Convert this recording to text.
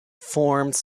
forms